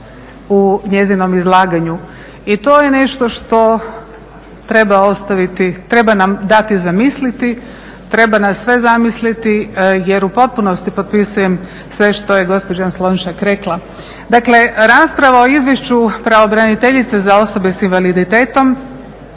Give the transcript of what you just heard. u njezinom izlaganju. I to je nešto što treba ostaviti, treba nam dati za misliti, treba nas sve zamisliti jer u potpunosti potpisujem sve što je gospođa Slonjšak rekla. Dakle, rasprava o Izvješću pravobraniteljice za osobe sa invaliditetom